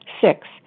Six